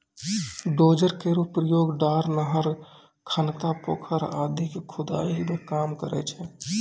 dozer केरो प्रयोग डार, नहर, खनता, पोखर आदि क खुदाई मे काम करै छै